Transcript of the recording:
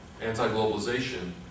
anti-globalization